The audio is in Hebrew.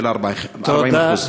של 40%. תודה.